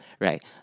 Right